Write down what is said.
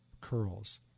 curls